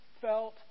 felt